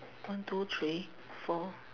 one two three four